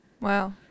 Wow